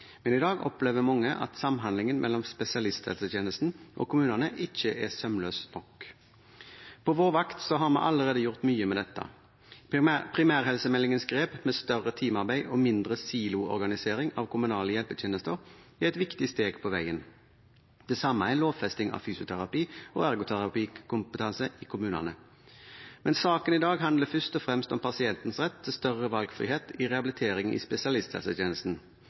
men i dag opplever mange at samhandlingen mellom spesialisthelsetjenesten og kommunene ikke er sømløs nok. På vår vakt har vi allerede gjort mye med dette. Primærhelsemeldingens grep, med større teamarbeid og mindre siloorganisering av kommunale hjelpetjenester, er et viktig steg på veien. Det samme er lovfesting av fysioterapi- og ergoterapikompetanse i kommunene. Men saken i dag handler først og fremst om pasientens rett til større valgfrihet innen rehabilitering i spesialisthelsetjenesten.